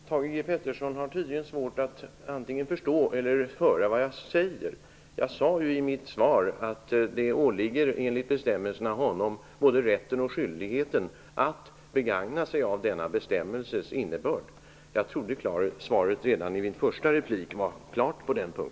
Herr talman! Thage G Peterson har tydligen svårt att antingen förstå eller höra vad jag säger. Jag sade ju i mitt svar att det enligt bestämmelserna åligger honom rätten och skyldigheten att begagna sig av denna bestämmelses innebörd. Jag trodde svaret var klart på den punkten redan i min första replik.